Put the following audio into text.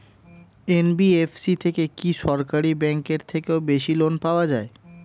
NBFC থেকে কি সরকারি ব্যাংক এর থেকেও বেশি লোন পাওয়া যায়?